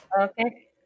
Okay